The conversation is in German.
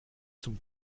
zum